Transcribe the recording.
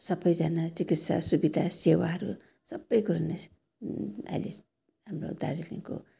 सबैजना चिकित्सा सुविधा सेवाहरू सबै कुरा नै छ अहिले हाम्रो दार्जिलिङको